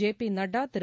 J P Nadda Thiru